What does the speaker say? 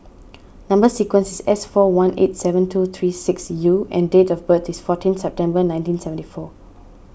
Number Sequence is S four one eight seven two three six U and date of birth is fourteen September nineteen seventy four